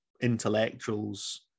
intellectuals